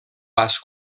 vas